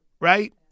right